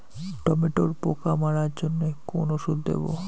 টমেটোর পোকা মারার জন্য কোন ওষুধ দেব?